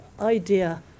idea